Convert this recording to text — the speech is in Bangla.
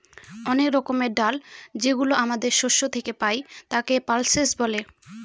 অনেক রকমের ডাল যেগুলো আমাদের শস্য থেকে পাই, তাকে পালসেস বলে